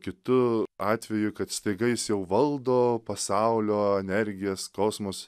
kitu atveju kad staiga jis jau valdo pasaulio energijas kosmus